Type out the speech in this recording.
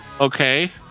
Okay